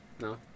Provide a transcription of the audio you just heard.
No